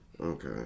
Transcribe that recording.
Okay